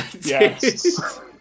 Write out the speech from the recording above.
Yes